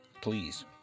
Please